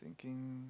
thinking